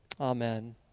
Amen